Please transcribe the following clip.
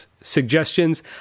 suggestions